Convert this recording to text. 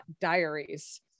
Diaries